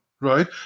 right